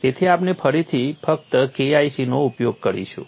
તેથી આપણે ફરીથી ફક્ત KIC નો ઉપયોગ કરીશું